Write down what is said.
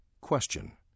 Question